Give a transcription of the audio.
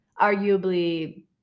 arguably